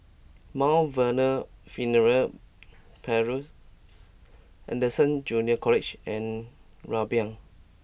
Mount Vernon Funeral Parlours Anderson Junior College and Rumbia